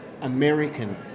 American